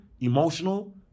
emotional